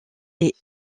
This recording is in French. est